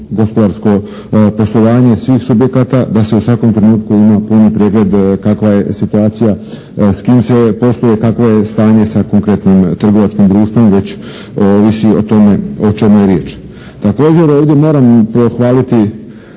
gospodarsko poslovanje svih subjekata da se u svakom trenutku ima puni pregled kakva je situacija s kim se posluje. Kakvo je stanje sa konkretnim trgovačkim društvom već ovisi o tome o čemu je riječ. Također ovdje moram pohvaliti